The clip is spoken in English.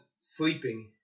sleeping